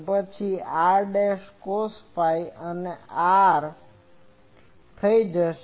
પછી r cos phi એ r થઈ જશે